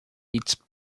its